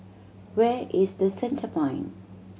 where is The Centrepoint